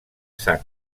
sang